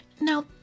Now